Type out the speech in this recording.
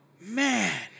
Man